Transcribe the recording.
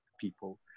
people